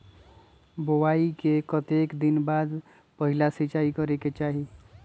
बोआई के कतेक दिन बाद पहिला सिंचाई करे के चाही?